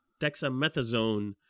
dexamethasone